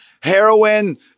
heroin